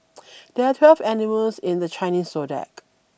there are twelve animals in the Chinese zodiac